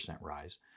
rise